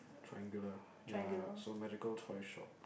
triangular ya so magical toy shop